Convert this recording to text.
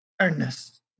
earnest